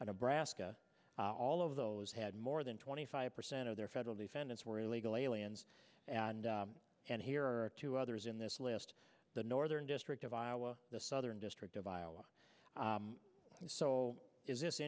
brassica all of those had more than twenty five percent of their federal defendants were illegal aliens and and here are two others in this list the northern district of iowa the southern district of iowa so is this